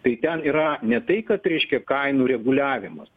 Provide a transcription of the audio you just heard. tai ten yra ne tai kad reiškia kainų reguliavimas